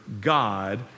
God